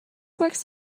works